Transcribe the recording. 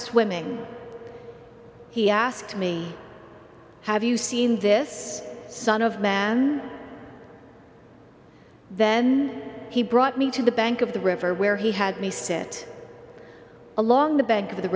swimming he asked me have you seen this son of man then he brought me to the bank of the river where he had me sit along the bank of the